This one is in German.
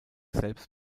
selbst